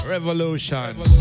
Revolutions